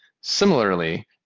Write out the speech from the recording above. Similarly